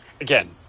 Again